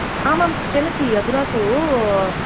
आमां चलति अधुना तु